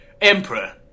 Emperor